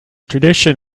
tradition